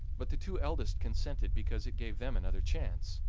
but the two eldest consented because it gave them another chance,